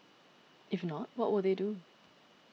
if not what will they do